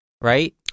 right